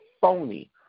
phony